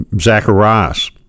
zacharias